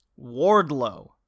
Wardlow